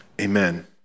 Amen